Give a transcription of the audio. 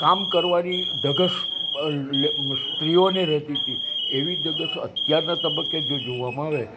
કામ કરવાંની ધગશ સ્ત્રીઓને રહેતી હતી એવી ધગશ અત્યારનાં તબક્કે જો જોવા મળે